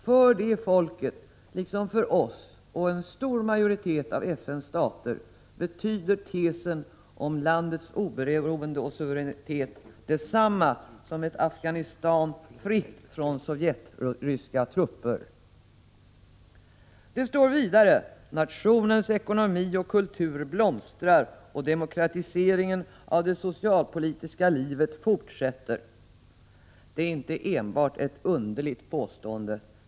För detta folk liksom för oss och en stor majoritet av FN:s stater betyder tesen om landets oberoende och suveränitet detsamma som ett Afghanistan fritt från sovjetryska trupper. ”Nationens ekonomi och kultur blomstrar och demokratiseringen av det sociopolitiska livet fortsätter”, står det vidare i deklarationen.